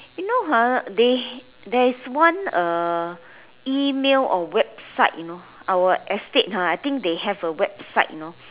you know ha they there is one uh email or website you know our estate ah I think have a website you know